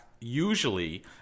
usually